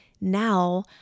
now